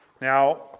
Now